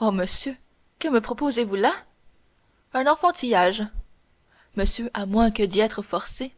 oh monsieur que me proposez-vous là un enfantillage monsieur à moins que d'y être forcé